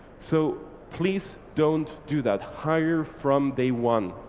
so please don't do that. hire from day one.